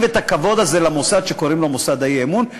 את הכבוד הזה למוסד שקוראים לו מוסד האי-אמון,